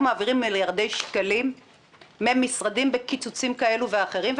אנחנו מעבירים מיליארדי שקלים ממשרדים בקיצוצים כאלה ואחרים,